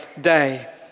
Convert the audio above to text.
day